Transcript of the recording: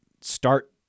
start –